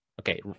Okay